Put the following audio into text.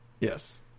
Yes